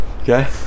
Okay